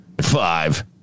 Five